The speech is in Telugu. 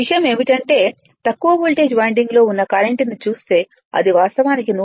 విషయం ఏమిటంటే తక్కువ వోల్టేజ్ వైండింగ్లో ఉన్న కరెంట్ ని చూస్తే అది వాస్తవానికి 106